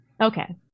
Okay